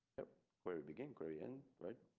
we begin quirion right.